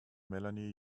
melanie